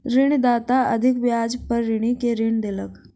ऋणदाता अधिक ब्याज पर ऋणी के ऋण देलक